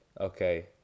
okay